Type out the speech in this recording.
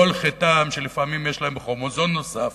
כל חטאם שלפעמים יש להם כרומוזום נוסף